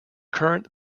current